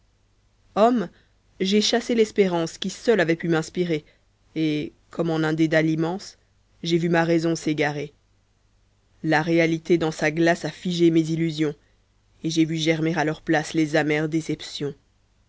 homme j'ai chassé l'espérance qui seule avait pu m'inspirer et comme en un dédale immense j'ai vu ma raison s'égarer la réalité dans sa glace a figé mes illusions et j'ai vu germer à leur place les amères déceptions